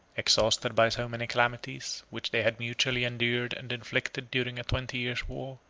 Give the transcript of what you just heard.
exhausted by so many calamities, which they had mutually endured and inflicted during a twenty years' war,